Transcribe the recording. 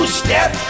step